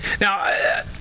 Now